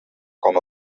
com